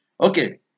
Okay